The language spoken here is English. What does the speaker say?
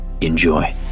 Enjoy